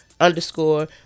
underscore